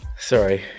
Sorry